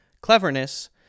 cleverness